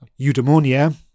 eudaimonia